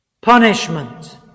punishment